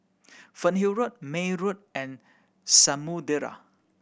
Fernhill Road May Road and Samudera